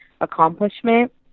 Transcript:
accomplishment